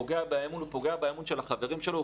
פוגע באמון ופוגע באמון של החברים שלו,